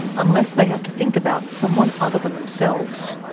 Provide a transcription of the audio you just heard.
unless they have to think about someone other than themselves.